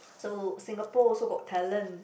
so Singapore also got talent